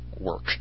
work